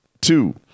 Two